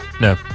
No